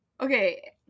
Okay